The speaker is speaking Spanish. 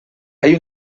hay